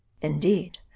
indeed